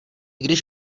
když